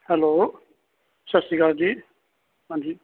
hello Sat Sri Akal ji ਹਾਂਜੀ